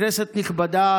כנסת נכבדה,